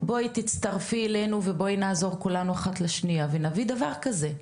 בואי תצטרפי אלינו ובואי נעזור כולנו אחת לשנייה" ונביא דבר כזה.